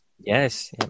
Yes